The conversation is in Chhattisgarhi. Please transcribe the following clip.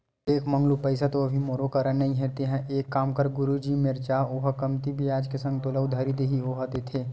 देख मंगलू पइसा तो अभी मोरो करा नइ हे तेंहा एक काम कर गुरुजी मेर जा ओहा कमती बियाज के संग तोला उधारी दिही ओहा देथे